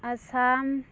Assam